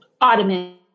ottoman